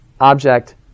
object